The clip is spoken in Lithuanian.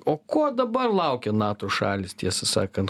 o ko dabar laukia nato šalys tiesą sakant